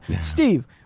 Steve